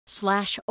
slash